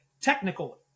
technical